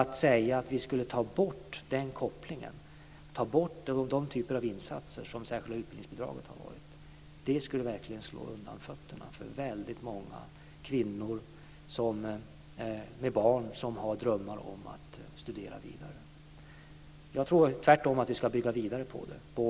Att säga att vi skulle ta bort den här kopplingen och den typ av insatser som det särskilda utbildningsbidraget har inneburit skulle verkligen slå undan fötterna för många kvinnor med barn, som har drömmar om att studera vidare. Jag tror tvärtom att vi ska bygga vidare på det här.